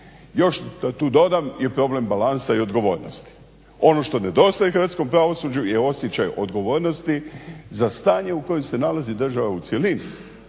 Još da tu dodam je problem balansa i odgovornosti. Ono što nedostaje hrvatskom pravosuđu je osjećaj odgovornosti za stanje u kojem se nalazi država u cjelini.